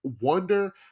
wonder